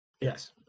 Yes